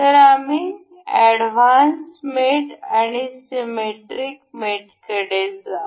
तर आम्ही advance mat आणि सिमेट्रिक मेट कडे जाऊ